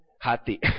hati